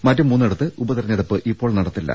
മറ്റ് മൂന്നിടത്ത് ഉപ തെരഞ്ഞെടുപ്പ് ഇപ്പോൾ നടത്തില്ല